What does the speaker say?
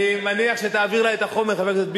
אני מניח שתעביר לה את החומר, חבר הכנסת ביבי.